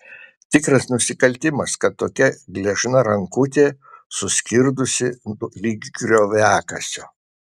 tikras nusikaltimas kad tokia gležna rankutė suskirdusi lyg grioviakasio